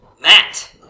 Matt